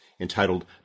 entitled